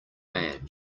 man